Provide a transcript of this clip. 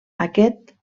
aquest